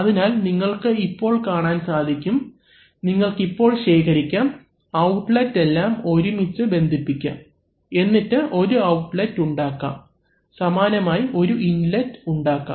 അതിനാൽ നിങ്ങൾക്ക് ഇപ്പോൾ കാണാൻ സാധിക്കും നിങ്ങൾക്കിപ്പോൾ ശേഖരിക്കാം ഔട്ട്ലെറ്റ് എല്ലാം ഒരുമിച്ച് ബന്ധിപ്പിക്കാം എന്നിട്ട് ഒരു ഔട്ട്ലെറ്റ് ഉണ്ടാക്കാം സമാനമായി ഒരു ഇൻലെറ്റ് ഉണ്ടാക്കാം